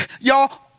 y'all